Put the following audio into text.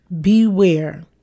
Beware